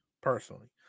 personally